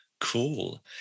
Cool